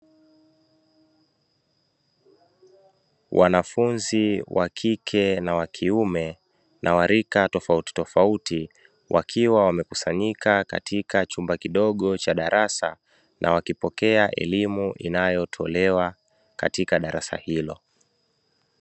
Wanafunzi wakike na wakiume wenye rika tofauti, wakiwa wamekusanyika Katika chumba kidogo cha darasa, wakiwa wanapokea elimu inayotolewa katika darasa hilo.